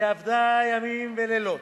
שעבדה ימים ולילות,